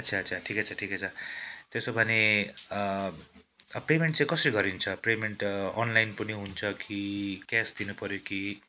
अच्छा अच्छा ठिकै छ ठिकै छ त्यसो भने अँ पेमेन्ट चाहिँ कसरी गरिन्छ पेमेन्ट अनलाइन पनि हुन्छ कि क्यास दिनुपर्यो कि